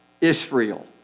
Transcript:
Israel